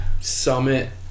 Summit